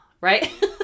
right